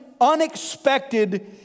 unexpected